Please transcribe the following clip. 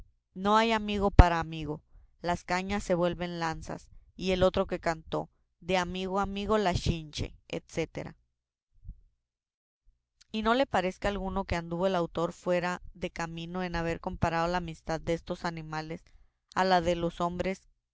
no hay amigo para amigo las cañas se vuelven lanzas y el otro que cantó de amigo a amigo la chinche etc y no le parezca a alguno que anduvo el autor algo fuera de camino en haber comparado la amistad destos animales a la de los hombres